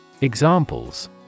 Examples